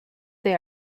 they